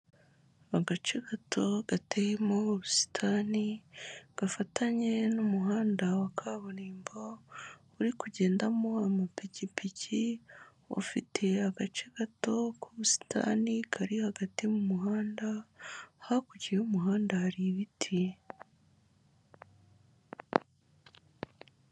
Agace gato gateyemo ubusitani, gafatanye n'umuhanda wa kaburimbo, uri kugendamo amapikipiki, ufite agace gato k'ubusitani kari hagati mu muhanda, hakurya y'umuhanda hari ibiti.